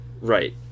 Right